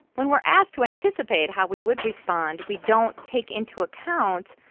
when we're asked to anticipate how we would respond, we don't take into account,